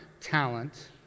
talent